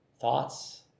thoughts